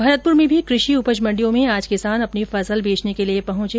भरतपुर मे भी कृषि उपज मंडियों में आज किसान अपनी फसल बेचने के लिए पहुंचे